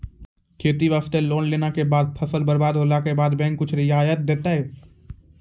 खेती वास्ते लोन लेला के बाद फसल बर्बाद होला के बाद बैंक कुछ रियायत देतै?